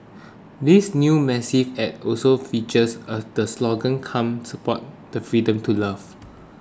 this new massive ad also features a the slogan come support the freedom to love